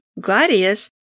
Gladius